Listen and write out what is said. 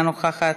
אינה נוכחת,